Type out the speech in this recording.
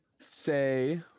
say